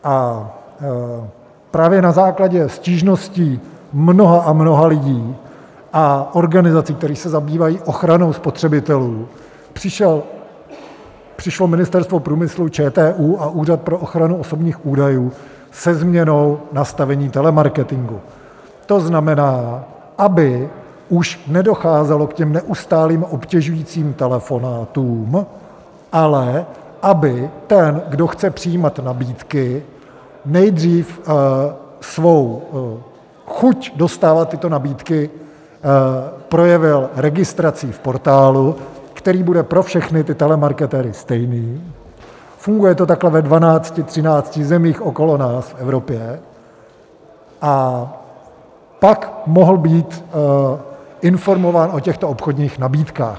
A právě na základě stížností mnoha a mnoha lidí a organizací, které se zabývají ochranou spotřebitelů, přišlo Ministerstvo průmyslu, ČTÚ a Úřad pro ochranu osobních údajů se změnou nastavení telemarketingu, to znamená, aby už nedocházelo k těm neustálým obtěžujícím telefonátům, ale aby ten, kdo chce přijímat nabídky, nejdřív svou chuť dostávat tyto nabídky projevil registrací v portálu, který bude pro všechny ty telemarketéry stejný funguje to takhle ve 12, 13 zemích okolo nás v Evropě a pak mohl být informován o těchto obchodních nabídkách.